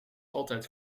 altijd